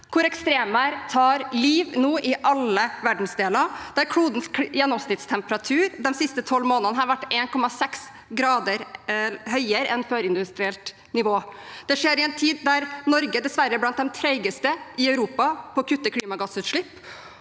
hvor ekstremvær tar liv i alle verdensdeler, der klodens gjennomsnittstemperatur de siste tolv månedene har vært 1,6 grader høyere enn førindustrielt nivå. Det skjer i en tid der Norge dessverre er blant de tregeste i Europa på å kutte i klimagassutslipp,